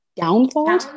Downfall